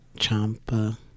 Champa